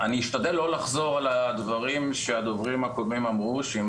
מי שלא יודע, אחד הדברים הגדולים שיש בכנסת